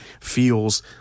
feels